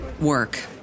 work